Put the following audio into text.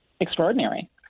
extraordinary